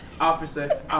officer